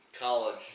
College